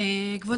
כבוד